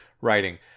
writing